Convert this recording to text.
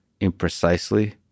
imprecisely